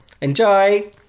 Enjoy